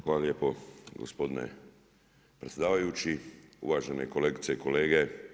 Hvala lijepo gospodine predsjedavajući, uvažene kolegice i kolege.